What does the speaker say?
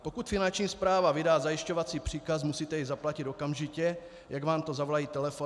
Pokud Finanční správa vydá zajišťovací příkaz, musíte jej zaplatit okamžitě, jak vám to zavolají telefonem.